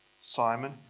Simon